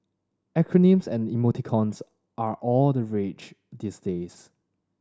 acronyms and emoticons are all the rage these days